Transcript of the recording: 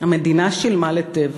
המדינה שילמה ל"טבע"